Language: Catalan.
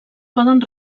poden